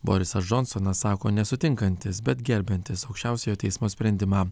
borisas džonsonas sako nesutinkantis bet gerbiantis aukščiausiojo teismo sprendimą